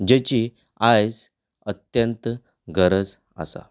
जाची आयज अत्यंत गरज आसा